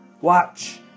Watch